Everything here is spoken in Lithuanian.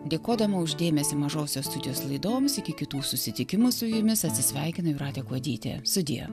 dėkodama už dėmesį mažosios studijos laidoms iki kitų susitikimų su jumis atsisveikina jūratė kuodytė sudie